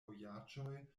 vojaĝoj